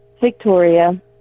Victoria